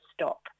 stop